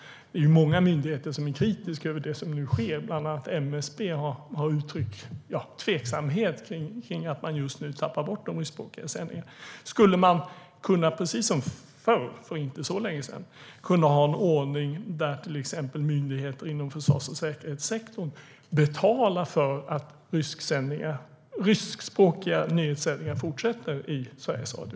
Många myndigheter är kritiska till det som nu sker. Bland andra MSB har uttryckt tveksamhet kring att de ryskspråkiga sändningarna just nu tappas bort. Skulle man, precis som förr - det var inte så länge sedan - kunna ha en ordning där myndigheter inom till exempel försvars och säkerhetssektorn betalar för ryskspråkiga nyhetssändningar i Sveriges Radio?